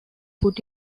put